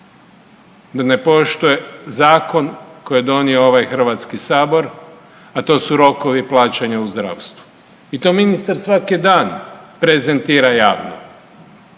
da ne poštuje zakon koji je donio ovaj HS, a to su rokovi plaćanja u zdravstvu i to ministar svaki dan prezentira javno.